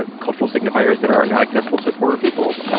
ah cultural signifiers that are not accessible to poor people.